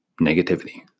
Negativity